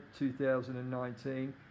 2019